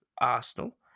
Arsenal